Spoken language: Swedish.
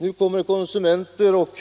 Nu kommer hetsområde konsumenter och